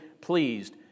pleased